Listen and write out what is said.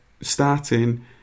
starting